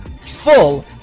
full